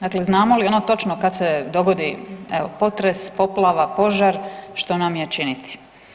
Dakle, znamo li ono točno kad se dogodi evo potres, poplava, požar što nam je činiti?